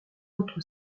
autre